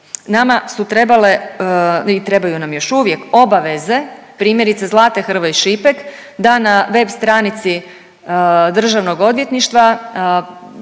Nama su trebale i trebaju nam još uvijek obaveze primjerice Zlate Hrvoj-Šipek da na web stranici Državnog odvjetništva